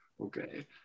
okay